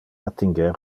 attinger